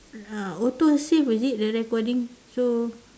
uh autosave is it the recording so